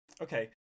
okay